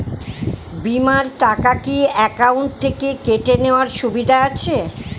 বিমার টাকা কি অ্যাকাউন্ট থেকে কেটে নেওয়ার সুবিধা আছে?